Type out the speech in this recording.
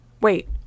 Wait